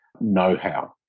know-how